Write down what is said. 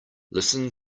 listen